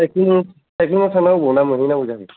साइतिं साइतिंआव थांना अबाव ना मोनहैनांगौ जाखो